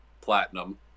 Platinum